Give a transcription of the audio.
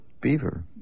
Beaver